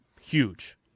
huge